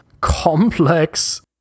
complex